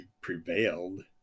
prevailed